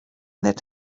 that